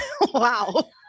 Wow